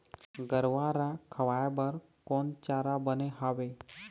गरवा रा खवाए बर कोन चारा बने हावे?